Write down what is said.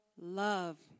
love